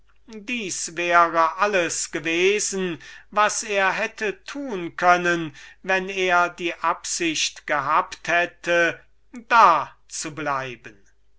das wäre alles gewesen was er hätte tun können wenn er eine geheime absicht gehabt hätte da zu bleiben